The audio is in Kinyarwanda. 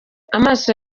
amaso